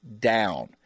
down